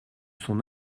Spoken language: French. son